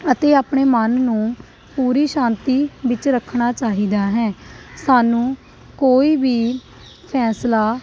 ਅਤੇ ਆਪਣੇ ਮਨ ਨੂੰ ਪੂਰੀ ਸ਼ਾਂਤੀ ਵਿੱਚ ਰੱਖਣਾ ਚਾਹੀਦਾ ਹੈ ਸਾਨੂੰ ਕੋਈ ਵੀ ਫੈਸਲਾ